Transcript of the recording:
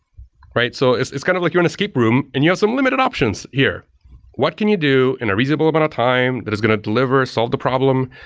right? so it's it's kind of like you're in a escape room and you have some limited options here what can you do in a reasonable amount of time that is going to deliver, solve the problem?